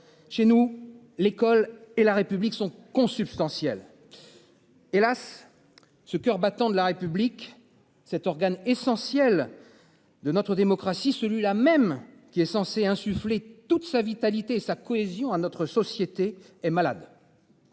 Chez nous, l'école et la République sont consubstantiels. Hélas ce coeur battant de la République. Cet organe essentiel. De notre démocratie, celui-là même qui est censé insuffler toute sa vitalité, sa cohésion à notre société est malade.